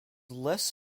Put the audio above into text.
less